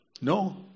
No